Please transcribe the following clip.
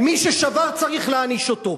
מי ששבר, צריך להעניש אותו.